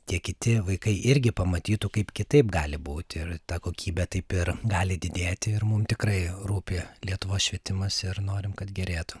tie kiti vaikai irgi pamatytų kaip kitaip gali būti ir ta kokybė taip ir gali didėti ir mum tikrai rūpi lietuvos švietimas ir norim kad gerėtų